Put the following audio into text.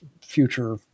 future